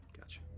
Gotcha